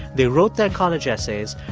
they wrote their college essays.